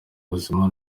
ubuzima